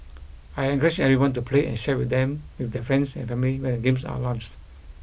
I encourage everyone to play and share with them with their friends and family when the games are launched